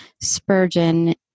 Spurgeon